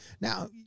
now